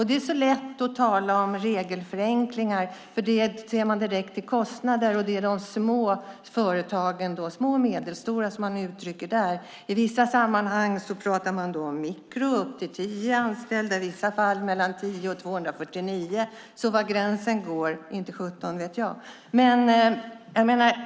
Det är så lätt att tala om regelförenklingar sett direkt till kostnader, och det är de små och medelstora företagen det handlar om där. I vissa sammanhang pratar man om mikroföretag med upp till tio anställda och i vissa fall med 10-249 anställda, så inte sjutton vet jag var gränsen går.